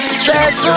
stress